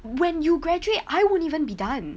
when you graduate I won't even be done